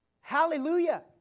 Hallelujah